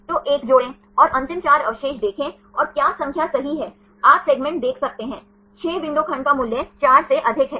तो 1 जोड़ें और अंतिम 4 अवशेष देखें और क्या संख्या सही है आप सेगमेंट देख सकते हैं 6 विंडो खंड का मूल्य 4 से अधिक है